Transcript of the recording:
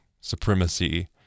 Supremacy